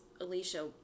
Alicia